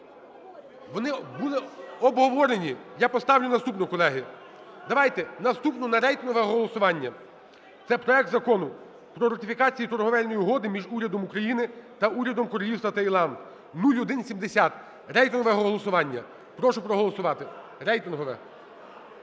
Вони були обговорені. Я поставлю наступну, колеги. Давайте наступну на рейтингове голосування. Це проект Закону про ратифікацію Торговельної угоди між Урядом України та Урядом Королівства Таїланд (0170). Рейтингове голосування. Прошу проголосувати. Рейтингове.